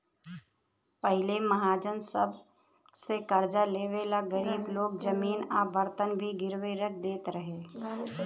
पहिले महाजन सन से कर्जा लेवे ला गरीब लोग जमीन आ बर्तन भी गिरवी रख देत रहे